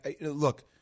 look